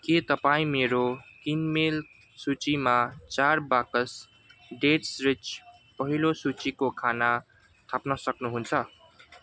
के तपाईँ मेरो किनमेल सूचीमा चार बाकस डेट्स रिच पहिलो सूचीको खाना थप्न सक्नुहुन्छ